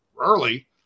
early